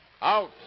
Out